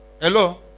Hello